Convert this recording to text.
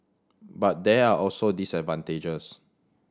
but there are also disadvantages